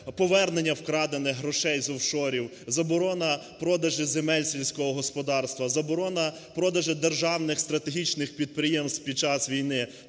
повернення вкрадених грошей з офшорів. Заборона продажі земель сільського господарства. Заборона продажу державних стратегічних підприємств під час війни.